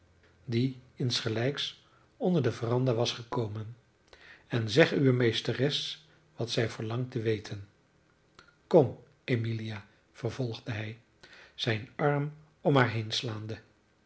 die insgelijks onder de veranda was gekomen en zeg uwe meesteres wat zij verlangt te weten kom emilia vervolgde hij zijn arm om haar